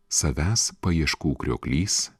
savęs paieškų krioklys